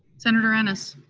senator ennis?